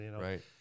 Right